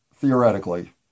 theoretically